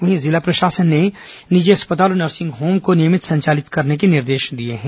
वहीं जिला प्रशासन ने निजी अस्पताल और नर्सिंग होम को नियमित संचालित करने के निर्देश दिए हैं